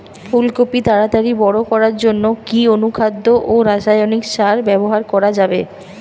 ফুল কপি তাড়াতাড়ি বড় করার জন্য কি অনুখাদ্য ও রাসায়নিক সার ব্যবহার করা যাবে?